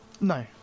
no